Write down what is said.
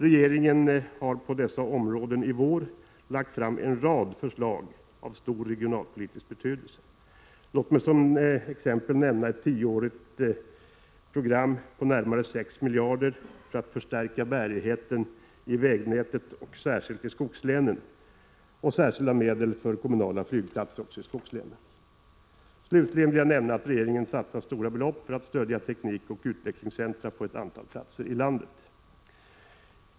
Regeringen har på dessa områden i vår lagt fram en rad förslag av stor regionalpolitisk betydelse. Låt mig som exempel nämna ett tioårsprogram på närmare sex miljarder kronor för att förstärka bärigheten i vägnätet, särskilt i skogslänen, och särskilda medel för kommunala flygplatser i skogslänen. Slutligen vill jag nämna att regeringen satsat stora belopp för att stödja teknikoch utvecklingscentra på ett antal platser i landet.